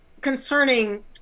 concerning